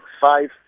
five